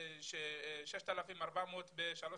זאת